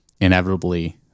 inevitably